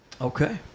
Okay